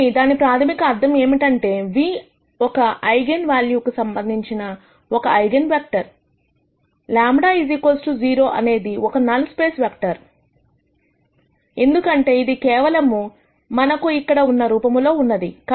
కాబట్టి దాని ప్రాథమిక అర్థము ఏమిటంటే v ఒక ఐగన్ వాల్యూ కు సంబంధించిన ఒక ఐగన్ వెక్టర్ λ 0అనేది ఒక నల్ స్పేస్ వెక్టర్ఎందుకంటే ఇది కేవలము మనకు ఇక్కడ ఉన్న రూపములో ఉన్నది